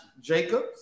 Jacobs